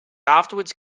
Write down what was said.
afterwards